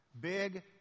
Big